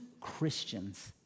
Christians